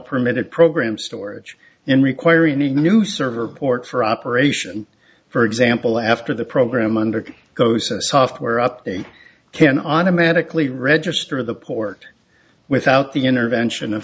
permitted program storage and requiring a new server port for operation for example after the program under goes a software update can automatically register the port without the intervention of